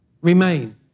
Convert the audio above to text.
remain